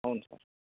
అవును సార్